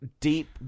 deep